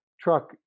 truck